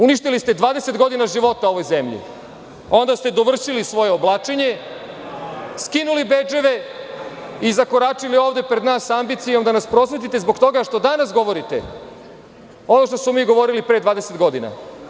Uništili ste 20 godina života ovoj zemlji a onda ste dovršili svoje oblačenje, skinuli bedževe i zakoračili ovde pred nas sa ambicijom da nas prosvetite zbog toga što danas govorite, ono što smo mi govorili pre 20 godina.